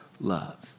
love